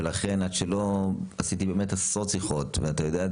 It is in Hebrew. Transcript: ולכן עד שלא עשיתי באמת עשרות שיחות ואתה יודע את